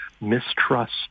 mistrust